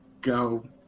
go